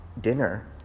dinner